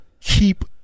keep